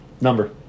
Number